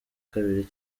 kabiri